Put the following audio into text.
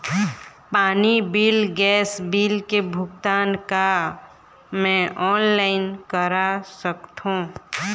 पानी bill gas bill के भुगतान का मैं ऑनलाइन करा सकथों?